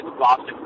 Boston